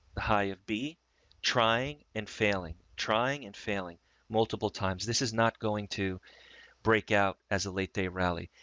the high of b trying and failing, trying and failing multiple times. this is not going to break out as a late day rally.